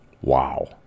Wow